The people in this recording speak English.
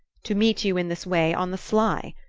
to meet you in this way, on the sly?